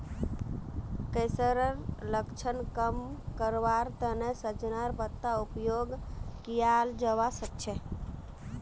कैंसरेर लक्षणक कम करवार तने सजेनार पत्तार उपयोग कियाल जवा सक्छे